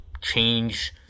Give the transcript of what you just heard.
change